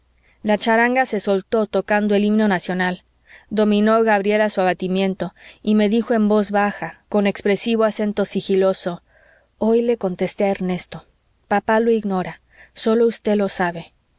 la charanga se soltó tocando el himno nacional dominó gabriela su abatimiento y me dijo en voz baja con expresivo acento sigiloso hoy le contesté a ernesto papá lo ignora sólo usted lo sabe